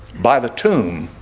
by the tomb